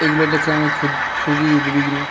এগুলো দেখে আমি খুব খুবই উদ্বিগ্ন